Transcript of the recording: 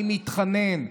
אני מתחנן.